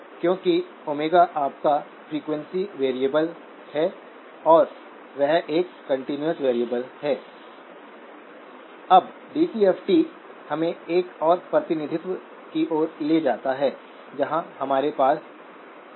अब इस लिमिट को इव़ैल्यूएट करने के लिए हमें यहां कुल क्वान्टिटीज को प्रतिस्थापित करना होगा